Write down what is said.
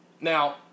Now